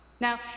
Now